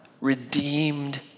redeemed